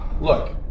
Look